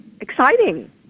Exciting